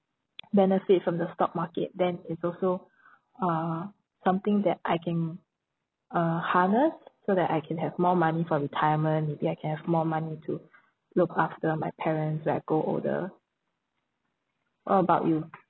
benefit from the stock market then it's also uh something that I can uh harness so that I can have more money for retirement maybe I can have more money to look after my parents when I grow older what about you